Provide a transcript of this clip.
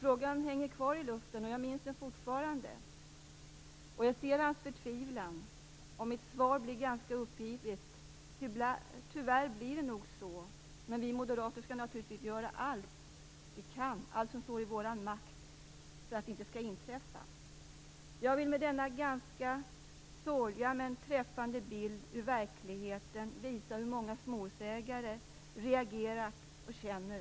Frågan hänger kvar i luften, jag minns den fortfarande. Jag ser hans förtvivlan. Mitt svar blir ganska uppgivet: Tyvärr blir det nog så, men vi moderater skall naturligtvis göra allt som står i vår makt för att det inte skall inträffa. Jag vill med denna ganska sorgliga men träffande bild ur verkligheten visa hur många småhusägare reagerat och känner.